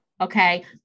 Okay